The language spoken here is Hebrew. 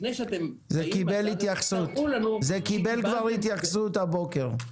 לפני שאתם --- זה קיבל כבר התייחסות הבוקר.